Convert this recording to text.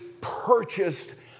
purchased